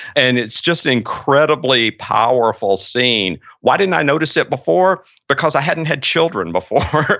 and it's just an incredibly powerful scene why didn't i notice it before? because i hadn't had children before.